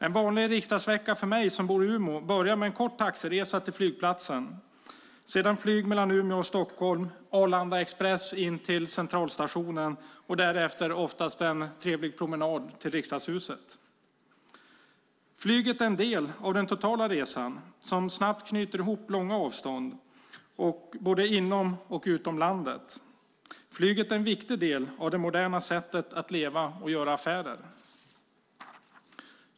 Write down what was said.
En vanlig riksdagsvecka för mig som bor i Umeå börjar med en kort taxiresa till flygplatsen, sedan flyg mellan Umeå och Stockholm, Arlanda Express in till Centralstationen och därefter oftast en trevlig promenad till Riksdagshuset. Flyget är en del av det totala resandet som snabbt knyter ihop långa avstånd både inom och utom landet. Flyget är en viktig del av det moderna sättet att leva och göra affärer på.